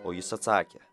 o jis atsakė